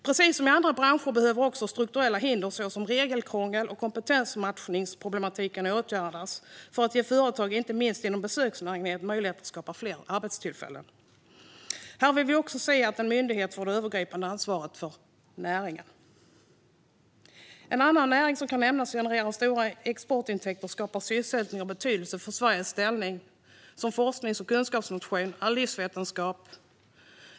Precis som i andra branscher behöver också strukturella hinder såsom regelkrångel och kompetensmatchningsproblematik åtgärdas för att ge företag, inte minst inom besöksnäringen, möjlighet att skapa fler arbetstillfällen. Här vill vi se att en myndighet får det övergripande ansvaret för näringen. En annan näring som kan nämnas och som genererar stora exportintäkter, skapar sysselsättning och har betydelse för Sveriges ställning som forsknings och kunskapsnation är livsvetenskap.